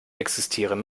existieren